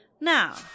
Now